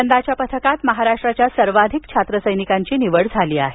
यंदाच्या पथकात महाराष्ट्राच्या सर्वाधिक छात्रसैनिकांची निवड झाली आहे